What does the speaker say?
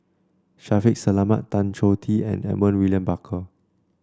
Shaffiq Selamat Tan Choh Tee and Edmund William Barker